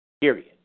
Period